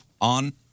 on